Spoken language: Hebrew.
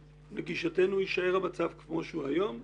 לגישתנו יישאר המצב כפי שהוא היום .